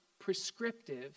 prescriptive